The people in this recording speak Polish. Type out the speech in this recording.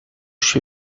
się